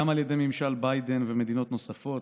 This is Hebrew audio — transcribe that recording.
גם על ידי ממשל ביידן ומדינות נוספות.